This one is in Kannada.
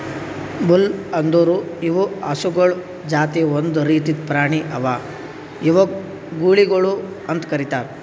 ಬುಲ್ ಅಂದುರ್ ಇವು ಹಸುಗೊಳ್ ಜಾತಿ ಒಂದ್ ರೀತಿದ್ ಪ್ರಾಣಿ ಅವಾ ಇವುಕ್ ಗೂಳಿಗೊಳ್ ಅಂತ್ ಕರಿತಾರ್